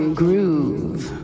groove